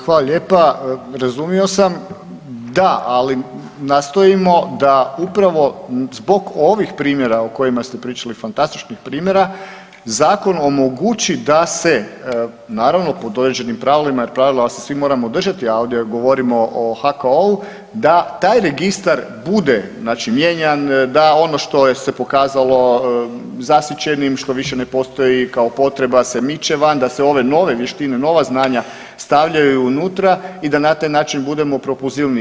Hvala lijepa, razumio sam, da ali nastojimo da upravo zbog ovih primjera o kojima ste pričali, fantastičnih primjera zakon omogući da se naravno pod određenim pravilima jer pravila se svi moramo državi, a ovdje govorimo o HKO-u da taj registar bude znači mijenjan, da ono što je se pokazalo zasićenim što više ne postoji kao potreba se miče van, da se ove nove vještine, nova znanja stavljaju unutra i da na taj način budemo propulzivniji.